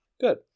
Good